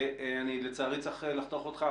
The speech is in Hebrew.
אני, לצערי, צריך לחתוך אותך.